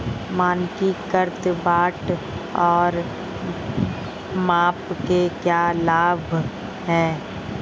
मानकीकृत बाट और माप के क्या लाभ हैं?